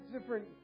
different